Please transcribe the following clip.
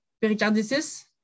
pericarditis